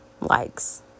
likes